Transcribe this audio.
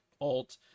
alt